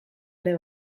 ere